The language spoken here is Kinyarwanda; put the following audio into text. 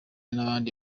n’abandi